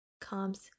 comes